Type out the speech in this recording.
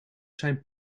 zijn